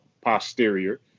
posterior